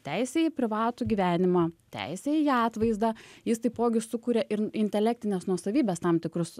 teisė į privatų gyvenimą teisę į atvaizdą jis taipogi sukuria ir intelektinės nuosavybės tam tikrus